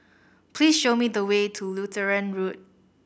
please show me the way to Lutheran Road